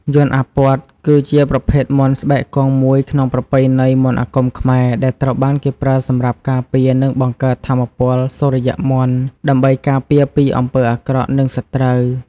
យ័ន្តអាព័ទ្ធ គឺជាប្រភេទមន្តស្បែកគង់មួយក្នុងប្រពៃណីមន្តអាគមខ្មែរ ដែលត្រូវបានគេប្រើសម្រាប់ការពារ និងបង្កើតថាមពលសុរិយមន្ត ដើម្បីការពារពីអំពើអាក្រក់ និងសត្រូវ។